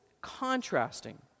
contrasting